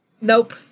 Nope